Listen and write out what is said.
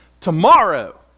tomorrow